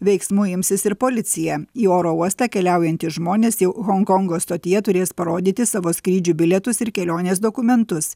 veiksmų imsis ir policija į oro uostą keliaujantys žmonės jau honkongo stotyje turės parodyti savo skrydžių bilietus ir kelionės dokumentus